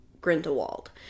Grindelwald